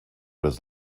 was